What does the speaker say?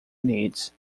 needs